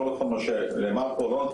מה שנאמר פה לא נכון,